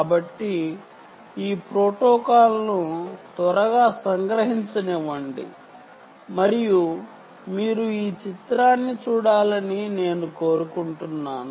కాబట్టి ఈ ప్రోటోకాల్ను త్వరగా సంగ్రహించనివ్వండి మరియు మీరు ఈ చిత్రాన్ని చూడాలని నేను కోరుకుంటున్నాను